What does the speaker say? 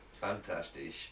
Fantastic